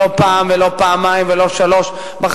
לא פעם ולא פעמיים ולא שלוש פעמים,